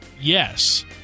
Yes